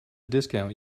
discount